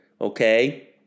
okay